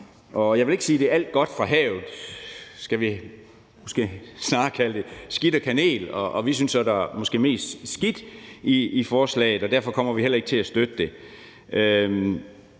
jeg vil ikke sige, at det er alt godt fra havet, men vil måske snarere kalde det skidt og kanel. Og vi synes så måske, at der er mest skidt i forslaget, og derfor kommer vi heller ikke til at støtte det.